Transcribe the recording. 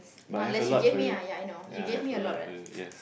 but I have a lot for you ya I have a lot for you yes